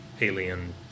alien